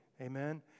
Amen